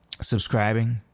subscribing